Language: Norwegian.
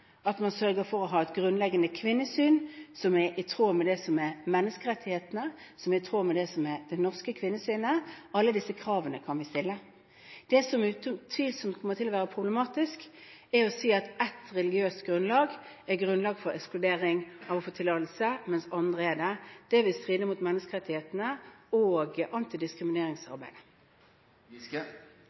at man sørger for å ha et grunnleggende kvinnesyn som er i tråd med menneskerettighetene, og som er i tråd med det norske kvinnesynet – alle disse kravene kan vi stille. Det som utvilsomt kommer til å være problematisk, er å si at ett religiøst grunnlag er grunnlag for ekskludering av å få tillatelse, mens det for andre ikke er det. Det vil stride mot menneskerettighetene og antidiskrimineringsarbeidet.